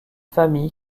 famille